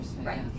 right